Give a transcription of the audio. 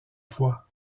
fois